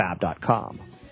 fab.com